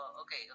okay